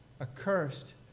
accursed